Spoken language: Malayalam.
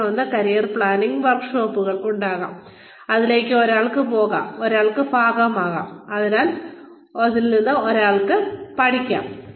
പിന്നെ ഒന്ന് കരിയർ പ്ലാനിംഗ് വർക്ക്ഷോപ്പുകൾ ഉണ്ടാകാം അതിലേക്ക് ഒരാൾക്ക് പോകാം ഒരാൾക്ക് ഭാഗമാകാം അതിൽ നിന്ന് ഒരാൾക്ക് പഠിക്കാം